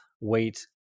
wait